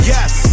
Yes